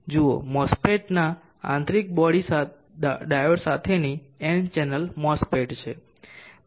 જુઓ MOSFET આ આંતરિક બોડી ડાયોડ સાથેની n ચેનલ MOSFET છે